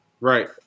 right